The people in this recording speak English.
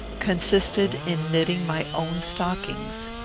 consisted in knitting my own stockings.